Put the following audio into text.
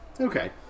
Okay